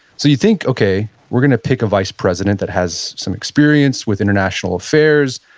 so you think, okay, we're going to pick a vice president that has some experience with international affairs.